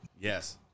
Yes